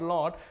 Lord